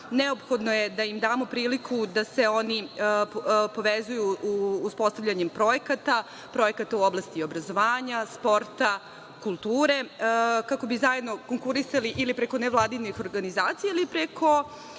neophodno je da im damo priliku da se oni povezuju uspostavljanjem projekata, projekata u oblasti obrazovanja, sporta, kulture, kako bi zajedno konkurisali ili preko nevladinih organizacija ili preko